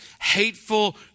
hateful